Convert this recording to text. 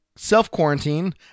self-quarantine